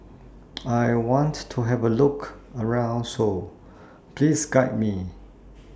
I want to Have A Look around Seoul Please Guide Me